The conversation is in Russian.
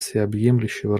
всеобъемлющего